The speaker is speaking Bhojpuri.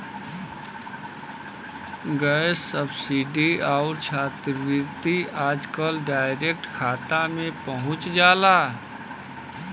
गैस सब्सिडी आउर छात्रवृत्ति आजकल डायरेक्ट खाता में पहुंच जाला